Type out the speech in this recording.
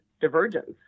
divergence